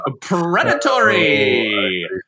predatory